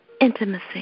Intimacy